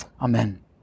Amen